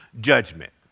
judgment